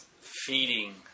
feeding